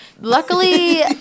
Luckily